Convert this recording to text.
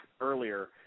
earlier